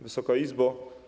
Wysoka Izbo!